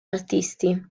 artisti